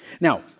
Now